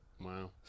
Wow